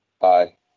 Hi